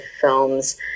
films